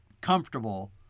comfortable